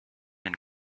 and